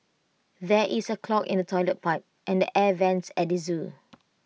there is A clog in the Toilet Pipe and the air Vents at the Zoo